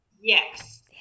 Yes